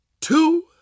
two